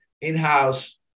in-house